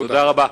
תודה רבה.